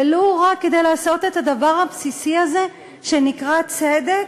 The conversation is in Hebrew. ולו רק כדי לעשות את הדבר הבסיסי הזה שנקרא צדק,